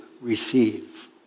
receive